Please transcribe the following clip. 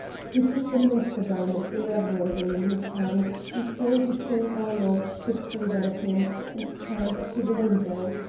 he took the monster diamond irreverently in his hand before hussein-ul-mulk could prevent him and turned to the window.